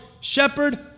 shepherd